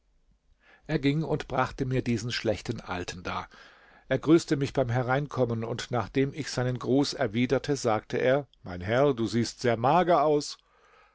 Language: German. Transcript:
er ging und brachte mir diesen schlechten alten da er grüßte mich beim hereinkommen und nachdem ich seinen gruß erwiderte sagte er mein herr du siehst sehr mager aus